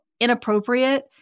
inappropriate